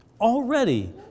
already